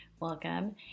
welcome